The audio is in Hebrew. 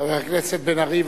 חבר הכנסת בן-ארי,